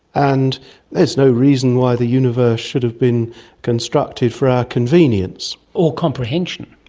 and there's no reason why the universe should have been constructed for our convenience. or comprehension.